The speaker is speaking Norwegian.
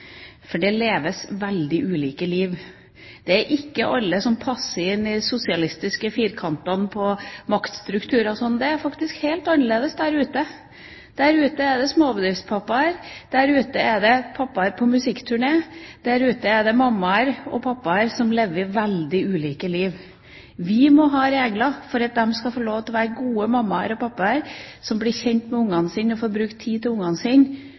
for det leves veldig ulike liv. Det er ikke alle som passer inn i de sosialistiske, firkantede maktstrukturene. Det er faktisk helt annerledes der ute. Der ute er det småbedriftspappaer. Der ute er det pappaer på musikkturné, der ute er det mammaer og pappaer som lever veldig ulike liv. Vi må ha regler for at de skal få lov til å være gode mammaer og pappaer som blir kjent med barna sine og får bruke tid til